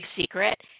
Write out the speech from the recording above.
secret –